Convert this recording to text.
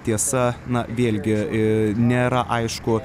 tiesa na vėlgi e nėra aišku